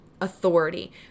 authority